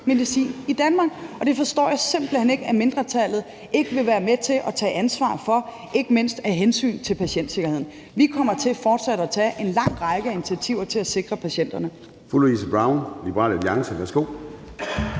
medicin i Danmark, og det forstår jeg simpelt hen ikke at mindretallet ikke vil være med til at tage ansvar for, ikke mindst af hensyn til patientsikkerheden. Vi kommer til fortsat at tage en lang række initiativer til at sikre patienterne.